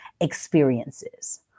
experiences